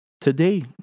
Today